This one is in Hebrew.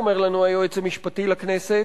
אומר לנו היועץ המשפטי לכנסת,